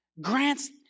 grants